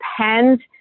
depends